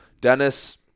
Dennis